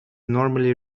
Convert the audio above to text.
normally